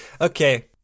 Okay